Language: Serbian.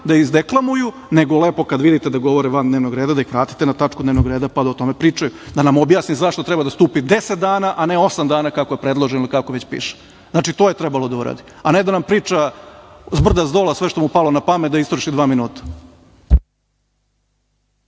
da izdeklamuju, nego lepo kada vidite da govore van dnevnog reda da ih vratite na tačku dnevnog reda pa da o tome pričaju. Da nam objasne zašto treba da stupi 10 dana, a ne osam dana kako je predloženo i kako već piše. Znači, to je trebalo da uradi, a ne da nam priča zbrda zdola sve što mu palo na pamet da istroši dva minuta.